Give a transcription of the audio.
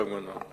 תודה, אדוני.